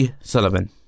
Sullivan